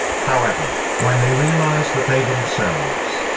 however, when they realize that they themselves,